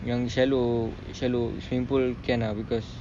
yang shallow shallow swimming pool can ah because